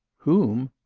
whom?